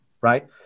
right